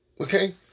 Okay